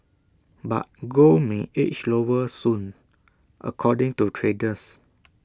but gold may edge lower soon according to traders